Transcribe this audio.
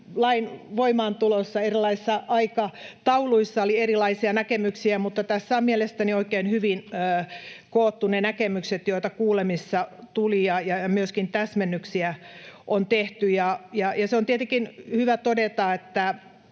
lain voimaantulosta, erilaisista aikatauluista, oli erilaisia näkemyksiä, mutta tässä on mielestäni oikein hyvin koottu ne näkemykset, joita kuulemisissa tuli, ja myöskin täsmennyksiä on tehty. Ja on tietenkin hyvä todeta,